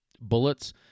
bullets